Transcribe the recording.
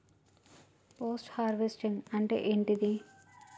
Post harvesting అంటే ఏంటిది?